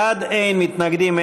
אין מתנגדים,